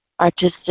artistic